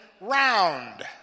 round